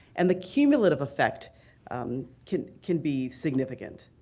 and the cumulative effect can can be significant.